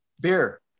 beer